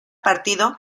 partido